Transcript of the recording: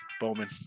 Bowman